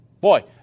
Boy